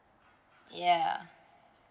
ya